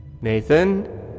Nathan